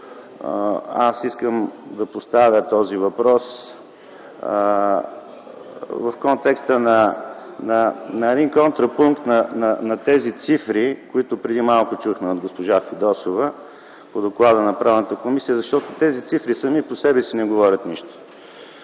аз искам да поставя този въпрос в контекста на един контрапункт на тези цифри, които преди малко чухме от госпожа Фидосова, по доклада на Правната комисия, защото тези цифри сами по себе си не говорят нищо.